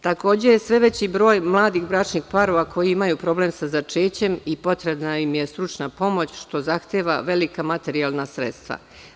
Takođe, sve je veći broj mladih bračnih parova koji imaju problem sa začećem i potrebna im je stručna pomoć, što zahteva velika materijalna sredstva.